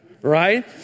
Right